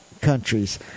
countries